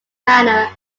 manor